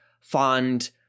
fond